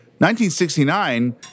1969